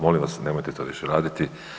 Molim vas nemojte to više raditi.